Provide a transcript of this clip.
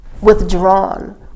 withdrawn